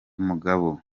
mugabo